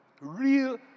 Real